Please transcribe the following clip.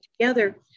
together